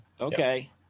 Okay